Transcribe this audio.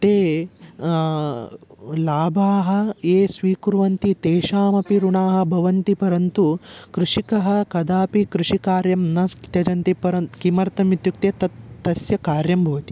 ते लाभाः ये स्वीकुर्वन्ति तेषामपि ऋणाः भवन्ति परन्तु कृषिकः कदापि कृषिकार्यं न त्यजति परं किमर्थमित्युक्ते तत् तस्य कार्यं भवति